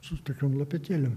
su tokiom lopetėlėm